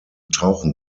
tauchen